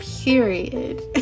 period